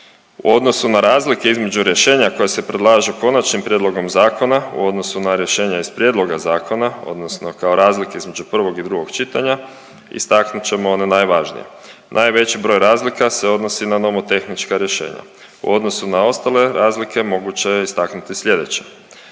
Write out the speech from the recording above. U odnosu na razlike između rješenja koja se predlažu konačnim prijedlogom zakona u odnosu na rješenja iz prijedloga zakona odnosno kao razlike između prvog i drugog čitanja, istaknut ćemo ona najvažnija. Najveći broj razlika se odnosi na nomotehnička rješenja. U odnosu na ostale razlike moguće je istaknuti slijedeće.